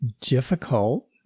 difficult